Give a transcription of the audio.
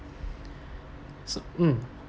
so um